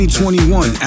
2021